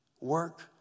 Work